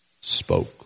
spoke